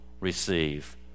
receive